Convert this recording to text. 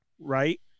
right